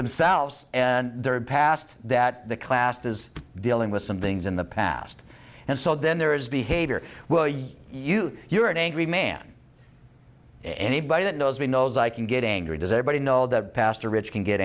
themselves and their past that the class does dealing with some things in the past and so then there is behavior well you you you're an angry man anybody that knows me knows i can get angry does anybody know that pastor rich can get